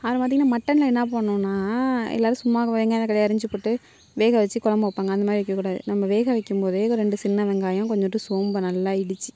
அப்புறம் பார்த்திங்கனா மட்டன் என்ன பண்ணுவேன்னால் எல்லாேரும் சும்மா வெங்காயம் தக்காளி அரிஞ்சு போட்டு வேக வச்சு குழம்பு வைப்பாங்க அந்த மாதிரி வைக்கக்கூடாது நம்ம வேகவைக்கும்போதே ஏதோ ரெண்டு சின்ன வெங்காயம் கொஞ்சோண்டு சோம்பை நல்லா இடிச்சு